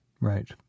Right